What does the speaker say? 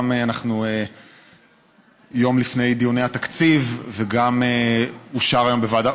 אנחנו יום לפני דיוני התקציב וגם היום בוועדה,